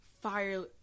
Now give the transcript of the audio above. fire